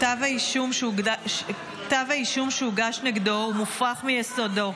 כתב האישום שהוגש כתב נגדו הוא מופרך מיסודו.